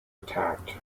attacked